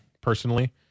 personally